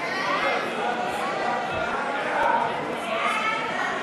חוק התכנון והבנייה (תיקון מס' 105),